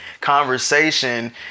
conversation